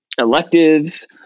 electives